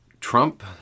Trump